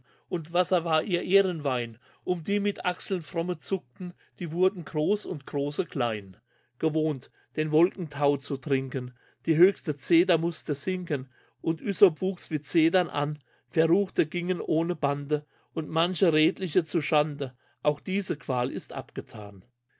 und wasser war ihr ehrenwein um die achseln fromme zuckten die wurden groß und große klein gewohnt den wolkenthau zu trinken die höchste zeder musste sinken und ysop wuchs wie zedern an verruchte gingen ohne bande und manche redliche zuschande auch diese qual ist abgethan